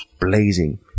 blazing